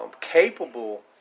Capable